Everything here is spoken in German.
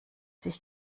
sich